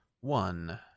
one